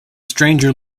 stranger